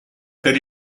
per